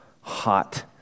hot